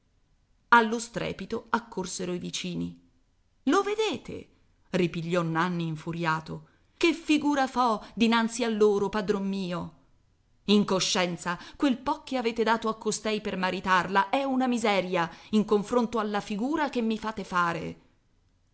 allo strepito accorsero i vicini lo vedete ripigliò nanni infuriato che figura fo dinanzi a loro padron mio in coscienza quel po che avete dato a costei per maritarla è una miseria in confronto della figura che mi fate fare